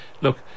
Look